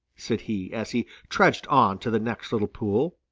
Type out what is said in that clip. said he, as he trudged on to the next little pool.